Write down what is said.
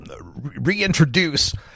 reintroduce